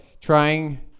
trying